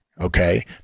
okay